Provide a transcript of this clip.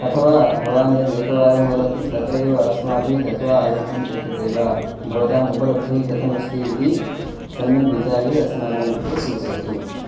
अथवा भवान् यद् एकवारं वदति तत्रैव अस्माभिः गत्वा आगन्तुं शक्यते वा भवताम् उपलब्धिः कथमस्ति इति सम्यक् विचार्य अस्माकं कृते सूचयतु